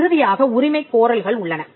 இறுதியாக உரிமைக் கோரல்கள் உள்ளன